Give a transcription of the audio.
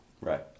right